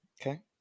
Okay